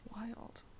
Wild